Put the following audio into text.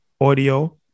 audio